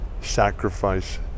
sacrifice